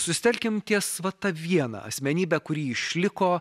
susitelkim ties va ta viena asmenybe kuri išliko